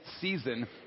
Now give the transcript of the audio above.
season